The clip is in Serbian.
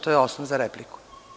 To je osnov za repliku.